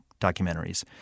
documentaries